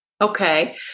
Okay